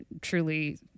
truly